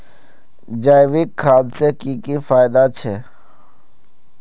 जैविक खाद से की की फायदा छे?